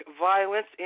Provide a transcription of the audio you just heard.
violence